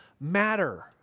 matter